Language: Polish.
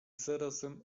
zarazem